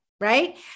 right